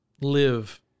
live